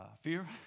fear